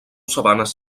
sabanes